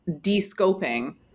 de-scoping